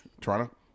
toronto